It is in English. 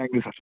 thank you sir